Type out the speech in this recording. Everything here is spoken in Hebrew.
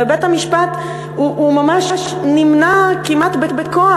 ובית-המשפט ממש נמנע כמעט בכוח,